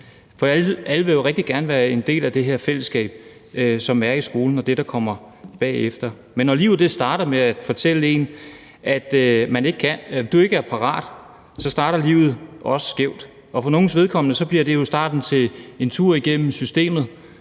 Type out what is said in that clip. Alle vil jo rigtig gerne være en del af det her fællesskab, både det fællesskab, der er i skolen, og det, der kommer bagefter, men når livet starter med at fortælle en, at man ikke er parat, så starter livet også skævt, og for nogles vedkommende bliver det starten til en tur igennem systemet,